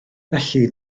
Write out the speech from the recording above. felly